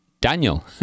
Daniel